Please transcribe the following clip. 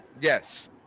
Yes